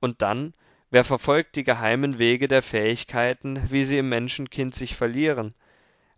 und dann wer verfolgt die geheimen wege der fähigkeiten wie sie im menschenkind sich verlieren